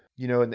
you know,